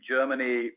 Germany